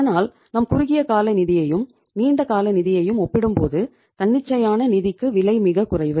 ஆனால் நம் குறுகிய கால நிதியையும் நீண்ட கால நிதியையும் ஒப்பிடும்போது தன்னிச்சையான நிதிகளுக்கு விலை மிக குறைவு